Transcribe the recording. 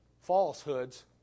falsehoods